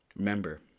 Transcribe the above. Remember